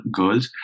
girls